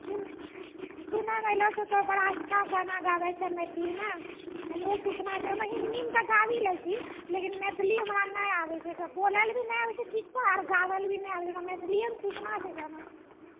सुनैमे एलौ छौ तोँ बड़ा अच्छा गाना गाबै छें मैथिलीमे हमरो सिखना छै ओना हिन्दीमे तऽ गाबी लै छी लेकिन मैथिली हमरा नइँ आबै छौ बोलै लाऽ भी नै आबै छौ आओर गाबै लाऽ भी नै आबै छौ मैथिलीएमे सिखना छै गाना सब